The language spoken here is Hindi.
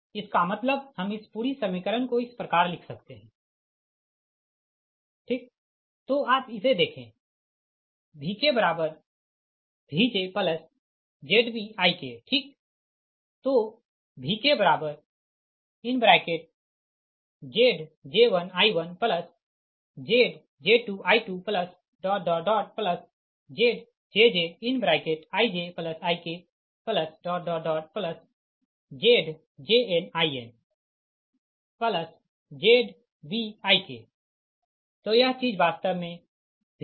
इसका मतलब हम इस पूरी समीकरण को इस प्रकार लिख सकते है V1 V2 Vn Vk ZBUSOLD Z1j Zj1 Zj2 Znj ZjjZb I1 I2 In Ik तो आप इसे देखें VkVjZbIk ठीक